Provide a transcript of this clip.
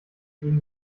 gegen